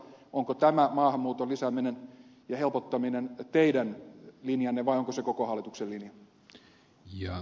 onko tämä maahanmuuton lisääminen ja helpottaminen teidän linjanne vai onko se koko hallituksen linja